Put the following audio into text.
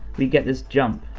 we get this jump